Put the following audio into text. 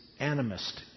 animist